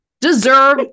deserve